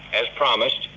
as promised,